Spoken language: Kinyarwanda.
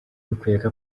bikwereka